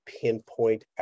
pinpoint